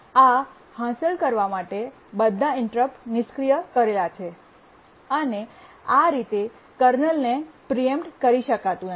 આ હાંસલ કરવા માટે બધા ઇન્ટરપ્ટ નિષ્ક્રિય કરેલા છે અને આ રીતે કર્નલને પ્રીએમ્પ્ટ કરી શકાતું નથી